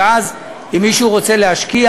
ואז אם מישהו רוצה להשקיע,